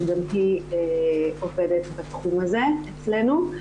שגם היא עובדת בתחום הזה אצלנו.